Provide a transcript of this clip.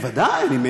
בוודאי, אני מניח.